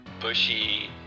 bushy